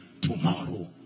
tomorrow